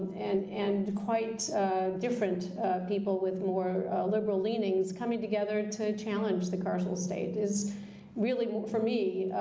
and and quite different people with more liberal leanings coming together to challenge the carceral state is really, for me,